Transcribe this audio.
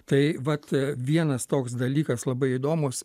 tai vat vienas toks dalykas labai įdomus